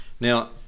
Now